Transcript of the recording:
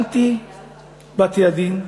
אנטי-בתי-הדין.